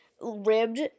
ribbed